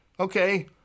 okay